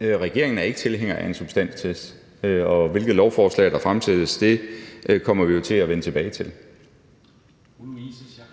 Regeringen er ikke tilhænger af en substanstest. Og hvilke lovforslag der fremsættes, kommer vi jo til at vende tilbage til.